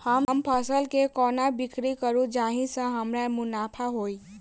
हम फसल केँ कोना बिक्री करू जाहि सँ हमरा मुनाफा होइ?